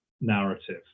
narrative